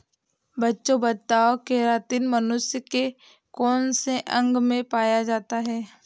बच्चों बताओ केरातिन मनुष्य के कौन से अंग में पाया जाता है?